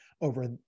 over